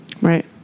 right